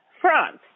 France